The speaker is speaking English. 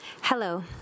Hello